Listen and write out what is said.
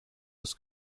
his